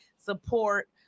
support